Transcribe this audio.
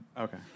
Okay